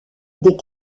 des